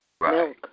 Right